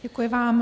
Děkuji vám.